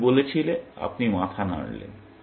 তুমি বলেছিলে আপনি মাথা নাড়লেন